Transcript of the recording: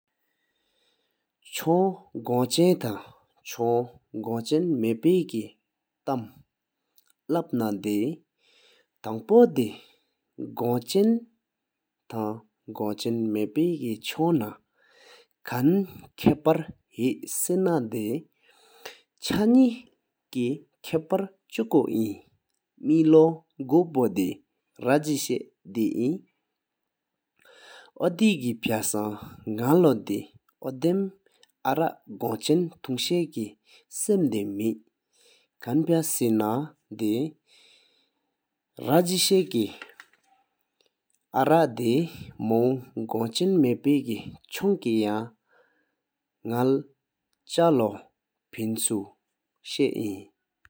ཆོང གོ ཆེན ཐང ཆོང གོ ཆེན མ་པེ ཏམ ལཔ་ན དེ། ཐང་པོ དེ གོ ཆེན ཐང གོ ཆེན མ་པེ ཆོང་ན ཁན ཁ་པར ཧེ་སེ་ན དེ། ཆ་ནེ དེ ཁ་པར ཆུཀུ ཨིན། མེ་ལོ གོ་པོ དེ ར་ཇེཤ་ དེ ཨིན ཨོ དེ ཕ་སངས ནག ལོ དེ ཨོ དམ ཨ་རག གོ ཆེན ཐུང་ཞེས། སམ དེ མེ། ཁན ཕ་སེ་ན དེ ནག དེ ར་ཇེཤ་ ཀེ ཨ་རག དེ མོཝ གོ ཆེན མ་པེ ཀེ ཆོང ཀེ ཡངས ནག ལོ ཕེསུ་ཤ ཨིན།